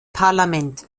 parlament